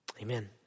amen